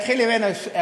אתחיל עם עין השמש,